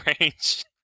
range